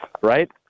right